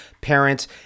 parents